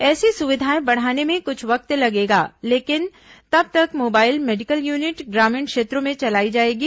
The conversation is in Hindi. ऐसी सुविधाएं बढ़ाने में कुछ वक्त लगेगा लेकिन तब तक मोबाइल मेडिकल यूनिट ग्रामीण क्षेत्रों में चलाई जाएगी